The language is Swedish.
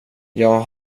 jag